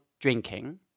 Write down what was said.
drinking